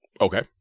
Okay